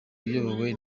iyobowe